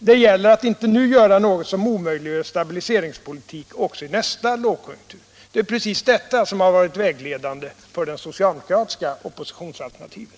—-- Det gäller att inte nu göra något som omöjliggör stabiliseringspolitik också i nästa lågkonjunktur.” Det är precis detta som har varit vägledande för det socialdemokratiska oppositionsalternativet.